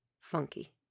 funky